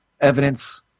evidence